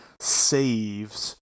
saves